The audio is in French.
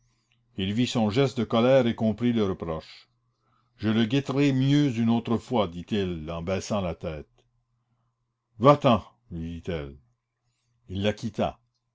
il vit son geste de colère et comprit le reproche je le guetterai mieux une autre fois dit-il en baissant la tête va-t'en lui dit-elle il la quitta